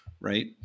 right